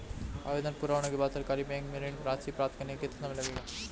आवेदन पूरा होने के बाद सरकारी बैंक से ऋण राशि प्राप्त करने में कितना समय लगेगा?